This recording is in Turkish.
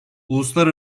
uluslar